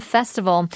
Festival